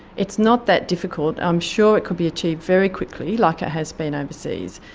it's not that difficult. i'm sure it could be achieved very quickly, like it has been overseas.